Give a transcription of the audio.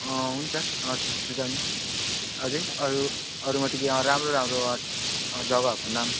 अँ हुन्छ त्यता पनि अझै अरू अरूमा त के राम्रो राम्रो जग्गाहरूको नाम